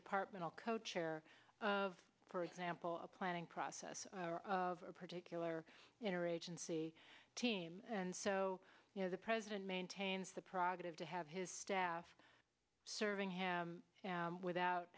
departmental co chair of for example a planning process of a particular inner agency team and so you know the president maintains the prerogative to have his staff serving him without